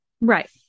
Right